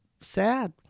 sad